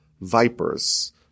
vipers